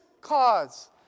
cause